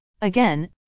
Again